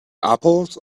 apples